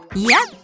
yep,